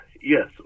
yes